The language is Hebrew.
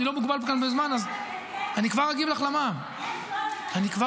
אני לא מוגבל כאן בזמן --- יש שאלה ממוקדת,